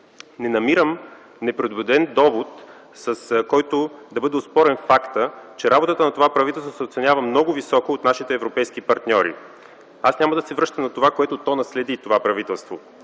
Не намирам непредубеден довод, с който да бъде оспорен фактът, че работата на това правителство се оценява много високо от нашите европейски партньори. Аз няма да се връщам на това, което наследи това правителство.